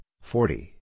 forty